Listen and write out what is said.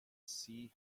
see